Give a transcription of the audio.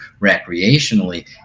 recreationally